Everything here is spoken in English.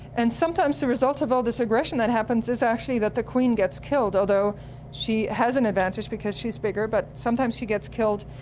and sometimes the result of all this aggression that happens is actually that the queen gets killed, although she has an advantage because she's bigger, but sometimes she gets killed.